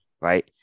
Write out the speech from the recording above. right